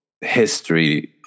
history